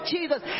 Jesus